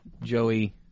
Joey